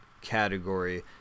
category